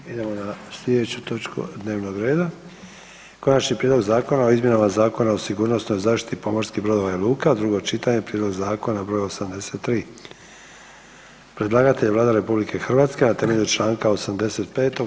Idemo na slijedeću točku dnevnog reda: Konačni prijedlog Zakona o izmjenama Zakona o sigurnosnoj zaštiti pomorskih brodova i luka, drugo čitanje, P.Z.E. 83 Predlagatelj je Vlada RH na temelju Članka 85.